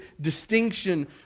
distinction